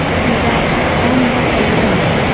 so that from what they learn,